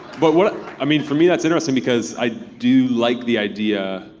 but what. i mean, for me that's interesting because i do like the idea.